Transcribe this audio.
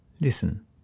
listen